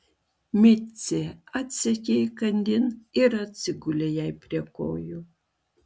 micė atsekė įkandin ir atsigulė jai prie kojų